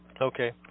Okay